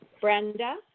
Brenda